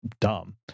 dumb